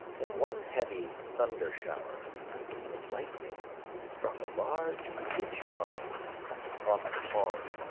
in one heavy thunder-shower the lightning struck a large pitch pine across the pond,